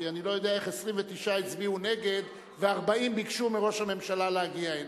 כי אני לא יודע איך 29 הצביעו נגד ו-40 ביקשו מראש הממשלה להגיע הנה.